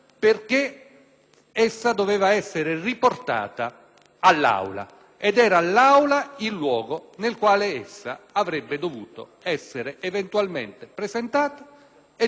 essa doveva essere riportata all'Aula ed era l'Aula il luogo nel quale essa avrebbe dovuto essere, eventualmente, presentata e discussa.